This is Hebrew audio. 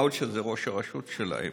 מה עוד שזה ראש הרשות שלהם.